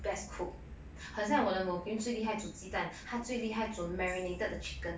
best cook 很像我的 ngo kim 她煮鸡蛋她最厉害煮 marinated chicken 的